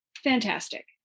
Fantastic